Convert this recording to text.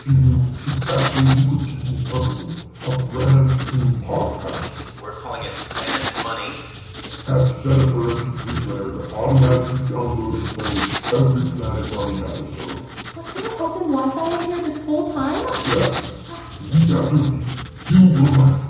knew exactly who could keep me company a brand new podcast we're calling it planet money abby set up her m p three player to automatically download and play every planet money episode was there open wi-fi in here this whole time? yes drat week after week, you were my